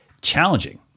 challenging